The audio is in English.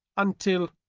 until.